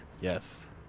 Yes